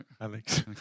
Alex